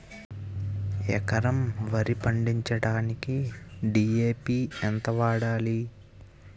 ఎకరం వరి పండించటానికి డి.ఎ.పి ఎంత వాడాలి?